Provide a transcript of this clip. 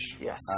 Yes